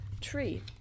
tree